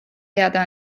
teada